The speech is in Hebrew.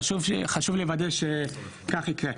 חשוב לוודא שכך יקרה.